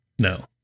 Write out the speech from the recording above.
No